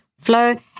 flow